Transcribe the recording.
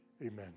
Amen